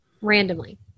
randomly